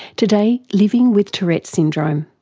today, living with tourette's syndrome.